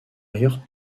ailleurs